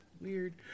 Weird